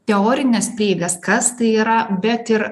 teorines prieigas kas tai yra bet ir